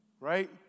right